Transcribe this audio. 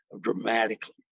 dramatically